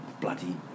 bloody